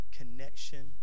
connection